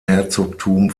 herzogtum